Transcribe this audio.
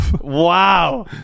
wow